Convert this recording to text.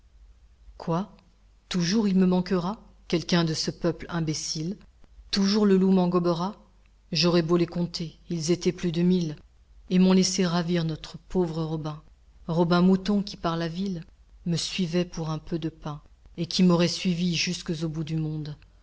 quoi toujours il me manquera quelqu'un de ce peuple imbécile toujours le loup m'en gobera j'aurai beau les compter ils étaient plus de mille et m'ont laissé ravir notre pauvre robin robin mouton qui par la ville me suivait pour un peu de pain et qui m'aurait suivi jusques au bout du monde